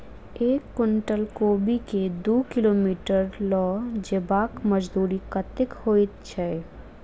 एक कुनटल कोबी केँ दु किलोमीटर लऽ जेबाक मजदूरी कत्ते होइ छै?